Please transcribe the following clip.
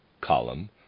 column